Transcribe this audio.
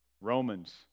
Romans